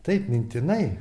taip mintinai